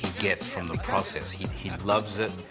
gets from the process. he he and loves it.